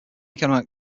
economic